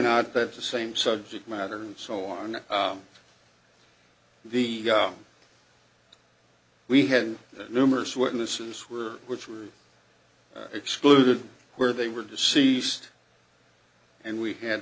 not that's the same subject matter and so on the we have numerous witnesses were which were excluded where they were deceased and we had